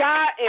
God